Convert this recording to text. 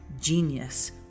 Genius